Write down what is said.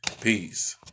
Peace